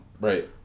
Right